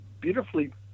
beautifully